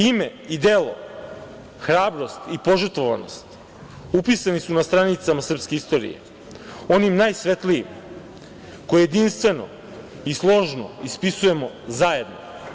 Ime i delo, hrabrost i požrtvovanost upisani su na stranicama srpske istorije, onim najsvetlijim, koje jedinstveno i složno ispisujemo zajedno.